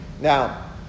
Now